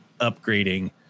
upgrading